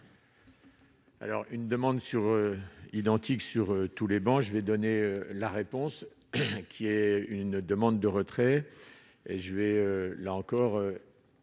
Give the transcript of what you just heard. Alors une demande sur identique sur tous les bancs, je vais donner la réponse qui est une demande de retrait et je vais là encore